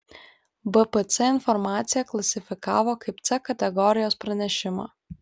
bpc informaciją klasifikavo kaip c kategorijos pranešimą